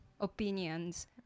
opinions